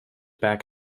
back